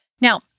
Now